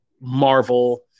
Marvel